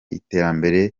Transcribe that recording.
iterambere